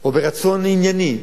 או ברצון ענייני.